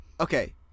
okay